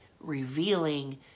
revealing